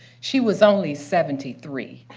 she was only seventy three.